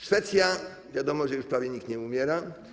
Szwecja: wiadomo, że już prawie nikt nie umiera.